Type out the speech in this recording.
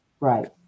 Right